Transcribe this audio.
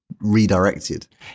redirected